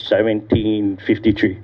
seventeen fifty three